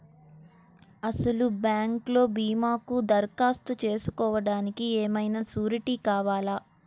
అసలు బ్యాంక్లో భీమాకు దరఖాస్తు చేసుకోవడానికి ఏమయినా సూరీటీ కావాలా?